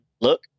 look